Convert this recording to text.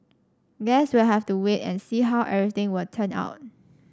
guess we'll have to wait and see how everything would turn out